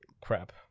Crap